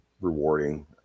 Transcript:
rewarding